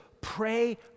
Pray